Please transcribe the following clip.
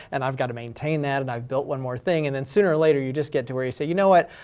and i've got to maintain that and i've built one more thing, and then sooner or later, you just get to where you say, you know what?